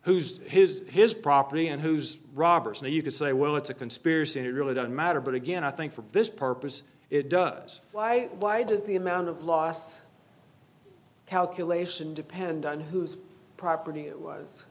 who's his his property and who's robbers and you could say well it's a conspiracy and it really doesn't matter but again i think for this purpose it does why why does the amount of loss calculation depend on whose property it was